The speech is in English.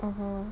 mmhmm